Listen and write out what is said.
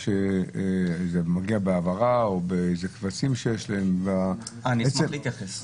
זה מידע שמגיע בהעברה או בקבצים שיש להם -- אני אשמח להתייחס.